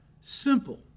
simple